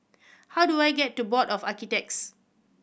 how do I get to Board of Architects